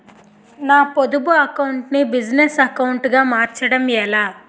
నా పొదుపు అకౌంట్ నీ బిజినెస్ అకౌంట్ గా మార్చడం ఎలా?